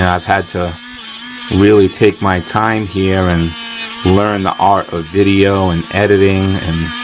and i've had to really take my time here and learn the art of video, and editing,